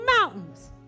mountains